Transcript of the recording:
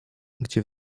gdzie